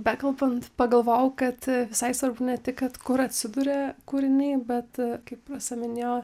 bekalbant pagalvojau kad visai svarbu ne tik kad kur atsiduria kūriniai bet kaip rasa minėjo